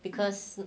because